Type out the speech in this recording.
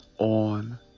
on